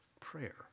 prayer